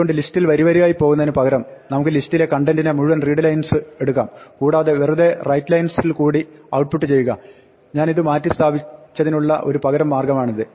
അതുകൊണ്ട് ലിസ്റ്റിൽ വരിവരിയായി പോകുന്നതിന് പകരം നമുക്ക് ലിസ്റ്റിലെ കണ്ടെന്റിനെ മുഴുവൻ readlines ന് എടുക്കാം കൂടാതെ വെറുതെ writelines ൽ കൂടി ഔട്ട്പുട്ട് ചെയ്യുക ഇത് ഞാൻ മാറ്റിസ്ഥാപിച്ചതിനുള്ള ഒരു പകരം മാർഗ്ഗമാണിത്